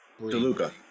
DeLuca